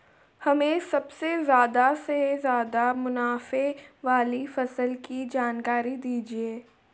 हमें सबसे ज़्यादा से ज़्यादा मुनाफे वाली फसल की जानकारी दीजिए